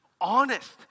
honest